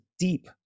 Deep